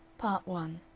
part one